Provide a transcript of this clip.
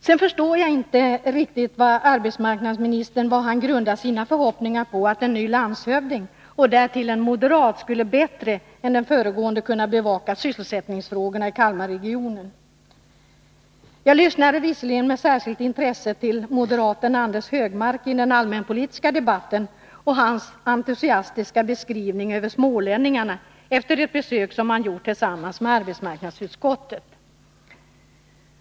Jag förstår inte riktigt vad arbetsmarknadsministern grundar sina förhoppningar på, om han tror att en ny landshövding, som därtill är moderat, bättre än den föregående skulle kunna bevaka sysselsättningsfrågorna i Kalmarregionen. Jag lyssnade visserligen med särskilt intresse till moderaten Anders Högmark i den allmänpolitiska debatten och hans entusiastiska beskrivning av smålänningarna efter ett besök som han gjort tillsammans med arbetsmarknadsutskottet.